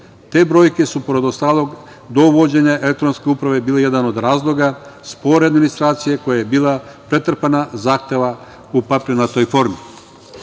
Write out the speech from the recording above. Te broje su, pored ostalog, do uvođenja elektronske uprave, bile jedan od razloga spore administracije koja je bila pretrpana zahtevima u papirnatoj formi.